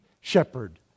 Shepherd